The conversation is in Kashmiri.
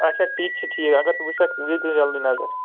اَچھا تِتہِ چھُ ٹھیٖک اَگر ژٕ وُچھکھ دِ تیٚلہِ جلدی نظر